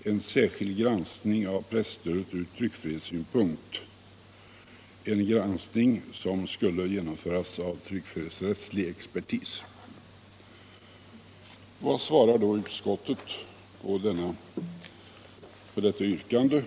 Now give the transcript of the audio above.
att en särskild granskning av presstödet ur tryckfrihetssynpunkt genomförs av tryckfrihetsrättslig expertis. Vad svarar då utskottet på detta yrkande?